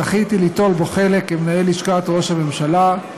זכיתי ליטול בו חלק כמנהל לשכת ראש הממשלה,